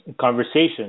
conversation